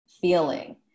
feeling